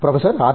professor R